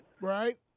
Right